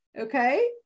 okay